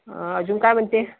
अजून काय म्हणते